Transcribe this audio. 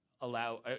allow